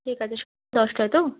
ঠিক আছে দশটায় তো